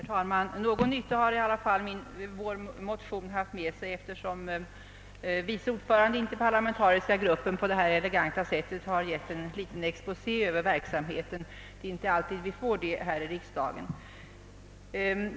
Herr talman! Någon nytta har tydligen vår motion gjort eftersom vice ordföranden i interparlamentariska gruppen på detta eleganta sätt har gett en kort exposé över verksamheten. Det är inte alltid vi får det här i riksdagen.